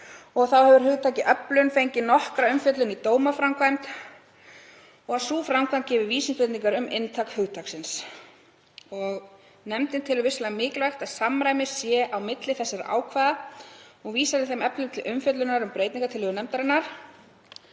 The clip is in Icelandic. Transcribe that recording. Þá hefur hugtakið öflun fengið nokkra umfjöllun í dómaframkvæmd, að sú framkvæmd gefi vísbendingar um inntak hugtaksins. Nefndin telur vissulega mikilvægt að samræmi sé á milli þessara ákvæða og vísar í þeim efnum til umfjöllunar um breytingartillögu nefndarinnar.